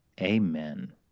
Amen